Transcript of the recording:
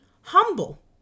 humble